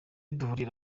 duhurira